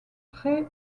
près